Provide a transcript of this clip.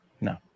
no